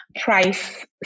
Price